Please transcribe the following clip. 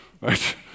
right